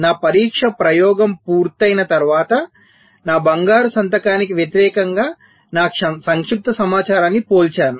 నా పరీక్ష ప్రయోగం పూర్తయిన తర్వాత నా బంగారు సంతకానికి వ్యతిరేకంగా నా సంక్షిప్త సమాచారాన్ని పోల్చాను